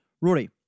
Rory